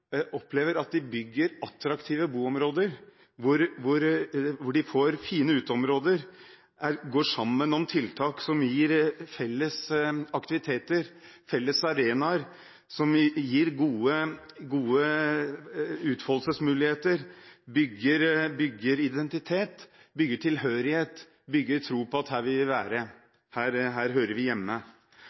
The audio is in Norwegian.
opplever at de bygger attraktive boområder hvor de får fine uteområder, går sammen om tiltak som gir felles aktiviteter, felles arenaer som gir gode utfoldelsesmuligheter, bygger identitet, bygger tilhørighet, bygger tro på at her vil vi være, her hører vi hjemme.